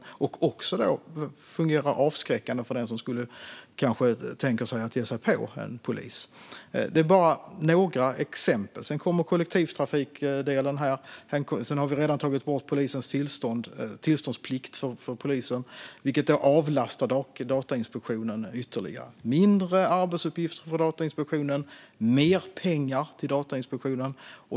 Det skulle också kunna fungera avskräckande för den som kanske tänker ge sig på en polis. Detta är bara exempel. Sedan kommer kollektivtrafikdelen. Vi har redan tagit bort tillståndsplikt för polisen, vilket avlastar Datainspektionen ytterligare. Det blir färre arbetsuppgifter för Datainspektionen och mer pengar till Datainspektionen.